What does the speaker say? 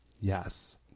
yes